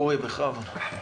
אורי אהרנפלד, בכבוד.